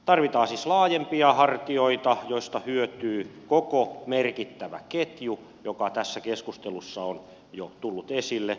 tarvitaan siis laajempia hartioita joista hyötyy koko merkittävä ketju joka tässä keskustelussa on jo tullut esille